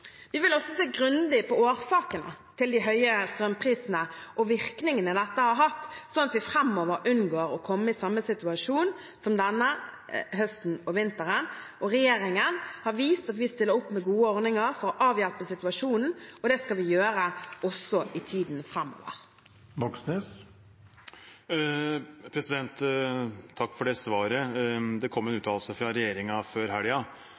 Vi vil også se grundig på årsakene til de høye strømprisene og virkningene dette har hatt, så vi framover unngår å komme i samme situasjon som denne høsten og vinteren. Regjeringen har vist at vi stiller opp med gode ordninger for å avhjelpe situasjonen, og det skal vi gjøre også i tiden framover. Takk for det svaret. Det kom en uttalelse fra regjeringen før